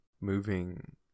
moving